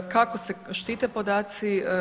Kako se štite podaci?